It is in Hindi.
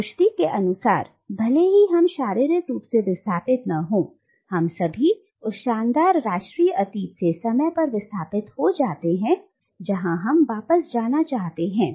लेकिन रुश्दी के अनुसार भले ही हम शारीरिक रूप से विस्थापित ना हो हम सभी उस शानदार राष्ट्रीय अतीत से समय पर विस्थापित हो जाते हैं जहां हम वापस जाना चाहते हैं